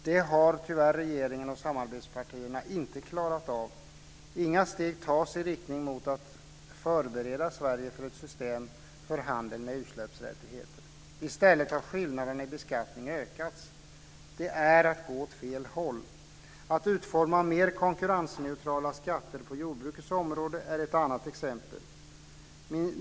Det har tyvärr regeringen och samarbetspartierna inte klarat av. Inga steg tas i riktning mot att förbereda Sverige för ett system för handel med utsläppsrättigheter. I stället har skillnaden i beskattning ökats. Det är att gå åt fel håll. Att utforma mer konkurrensneutrala skatter på jordbrukets område är ett annat exempel.